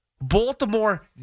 Baltimore